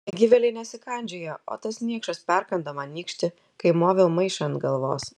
negyvėliai nesikandžioja o tas niekšas perkando man nykštį kai moviau maišą ant galvos